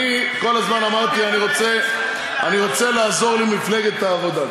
אני אמרתי שאני רוצה לעזור למפלגת העבודה.